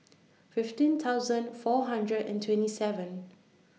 fifteen thousand four hundred and twenty seven